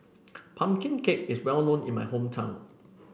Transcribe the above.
pumpkin cake is well known in my hometown